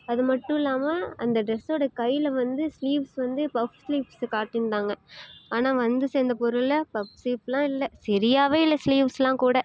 அது மட்டும் இல்லாமல் அந்த டிரெஸ்ஸோட கையில் வந்து ஸ்லீவ்ஸ் வந்து பஃப் ஸ்லீவ்ஸ்ஸு காட்டியிருந்தாங்க ஆனால் வந்து சேர்ந்த பொருளில் பஃப் ஸ்லீவ்லாம் இல்லை சரியாவே இல்லை ஸ்லீவ்ஸ்லாம் கூட